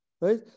right